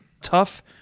tough